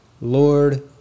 Lord